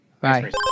Bye